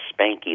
Spanky